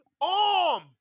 arm